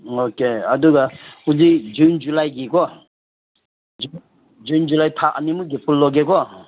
okay ꯑꯗꯨꯒ ꯍꯧꯖꯤꯛ June ꯖꯨꯂꯥꯏꯒꯤ ꯀꯣ ꯖꯨꯟ ꯖꯨꯂꯥꯏ ꯊꯥ ꯑꯅꯤꯃꯛꯀꯤ ꯄꯨꯜꯂꯒꯦꯀꯣ